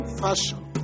fashion